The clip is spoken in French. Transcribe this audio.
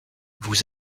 vous